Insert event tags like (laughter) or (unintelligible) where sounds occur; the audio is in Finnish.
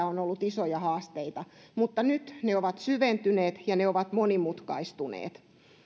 (unintelligible) on ollut isoja haasteita mutta nyt ne ovat syventyneet ja ne ovat monimutkaistuneet